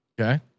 Okay